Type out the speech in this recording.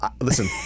listen